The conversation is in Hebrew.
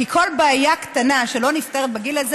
כי כל בעיה קטנה שלא נפתרת בגיל הזה